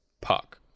puck